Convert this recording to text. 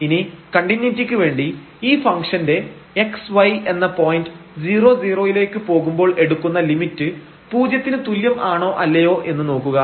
ഇനി കണ്ടിന്യൂയിറ്റിക്ക് വേണ്ടി ഈ ഫംഗ്ഷന്റെ x y എന്ന പോയിന്റ് 00 ലേക്ക് പോകുമ്പോൾ എടുക്കുന്ന ലിമിറ്റ് പൂജ്യത്തിനു തുല്യം ആണോ അല്ലയോ എന്ന് നോക്കുക